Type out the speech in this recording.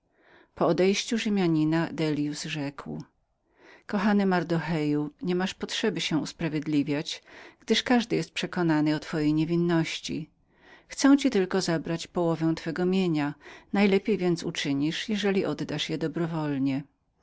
rzekł do mego ojca kochany mardocheju nie masz potrzeby się usprawiedliwiać gdyż każdy jest przekonanym o twojej niewinności chcą ci tylko zabrać połowę twego mienia najlepiej więc uczynisz jeżeli oddasz ją dobrowolnie